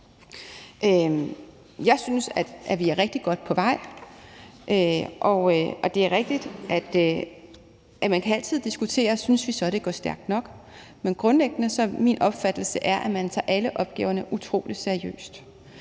Jeg synes, at vi er rigtig godt på vej. Det er rigtigt, at man altid kan diskutere, om det går stærkt nok. Men grundlæggende er det min opfattelse, at man tager alle opgaverne utrolig seriøst.